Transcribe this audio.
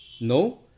no